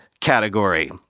category